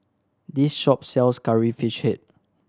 this shop sells Curry Fish Head